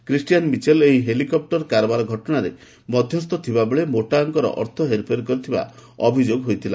Christian Michel ଏହି helicopter କାରବାର ଘଟଣାରେ ମଧ୍ୟସ୍ଥ ଥିବାବେଳେ ମୋଟା ଅଙ୍କର ଅର୍ଥ ହେରଫେର କରିଥିବା ଅଭିଯୋଗ ହୋଇଥିଲା